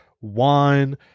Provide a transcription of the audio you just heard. wine